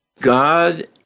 God